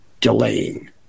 delaying